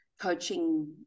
coaching